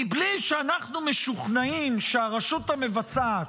מבלי שאנחנו משוכנעים שהרשות המבצעת,